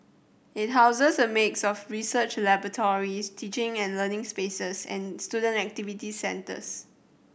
it houses a mix of research laboratories teaching and learning spaces and student activity centres